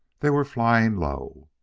they were flying low.